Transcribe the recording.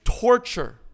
torture